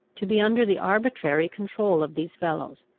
to be under the arbitrary control of these fellows.